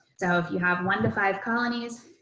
so if you have one to five colonies,